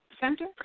Center